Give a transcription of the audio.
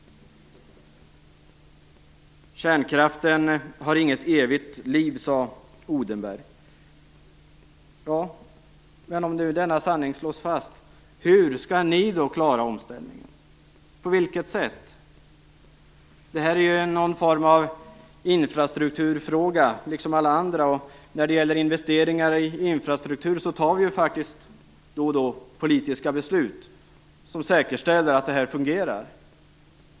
Kärnkraften har inget evigt liv, sade Odenberg. Men om nu denna sanning slås fast, hur skall ni då klara omställningen? På vilket sätt skall ni göra det? Detta är någon form av infrastrukturfråga, liksom alla andra. När det gäller investeringar i infrastruktur tar vi då och då politiska beslut, som säkerställer att det fungerar.